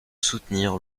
soutenir